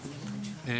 "33ד1".